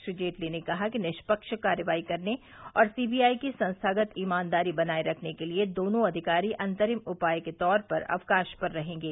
श्री जेटली ने कहा कि निष्पक्ष कार्रवाई करने और सीबीआई की संस्थागत ईमानदारी बनाये रखने के लिए दोनों अधिकारी अंतरिम उपाय के तौर पर अवकाश पर रहेंगे